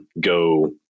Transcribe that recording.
go